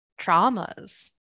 traumas